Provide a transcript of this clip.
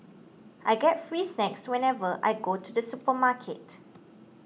I get free snacks whenever I go to the supermarket